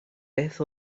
beth